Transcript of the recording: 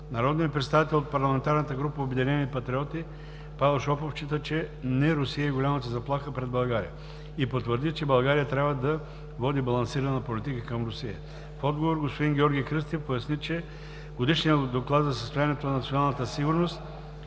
Народният представител от парламентарната група „Обединени Патриоти” Павел Шопов счита, че не Русия е голямата заплаха пред България. И потвърди, че България трябва да води балансирана политика към Русия. В отговор господин Георги Кръстев поясни, че Годишният доклад за състоянието на националната сигурност